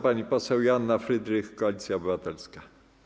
Pani poseł Joanna Frydrych, Koalicja Obywatelska.